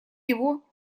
его